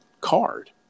card